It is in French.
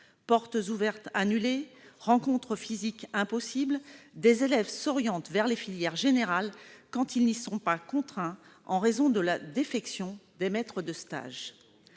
Portes ouvertes annulées, rencontres physiques impossibles : des élèves s'orientent vers les filières générales, quand ils n'y sont pas contraints en raison de la défection des maîtres de stage.